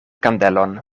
kandelon